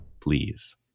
please